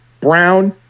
Brown